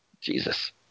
Jesus